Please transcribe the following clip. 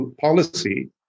policy